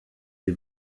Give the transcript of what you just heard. sie